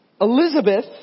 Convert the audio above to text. Elizabeth